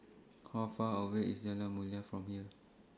How Far away IS Jalan Mulia from here